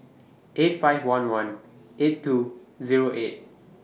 eight five one one eight two Zero eight